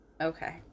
Okay